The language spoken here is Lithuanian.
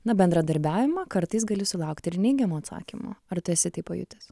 na bendradarbiavimą kartais gali sulaukti ir neigiamo atsakymo ar tu esi tai pajutęs